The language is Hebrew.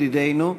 ידידנו,